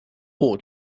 ought